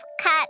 cut